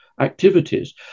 activities